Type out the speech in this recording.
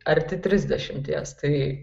arti trisdešimties tai